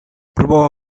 próbował